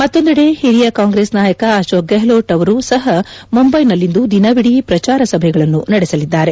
ಮತ್ತೊಂದೆಡೆ ಹಿರಿಯ ಕಾಂಗ್ರೆಸ್ ನಾಯಕ ಅಕೋಕ್ ಗೆಹ್ಲೋಟ್ ಅವರು ಸಹ ಮುಂಬೈನಲ್ಲಿಂದು ದಿನವೀಡಿ ಪ್ರಚಾರ ಸಭೆಗಳನ್ನು ನಡೆಸಲಿದ್ದಾರೆ